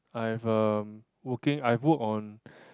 I have um working I've work on